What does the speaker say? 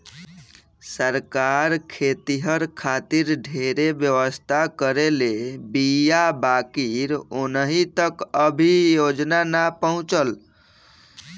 सरकार खेतिहर खातिर ढेरे व्यवस्था करले बीया बाकिर ओहनि तक अभी योजना ना पहुचल